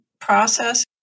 process